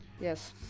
Yes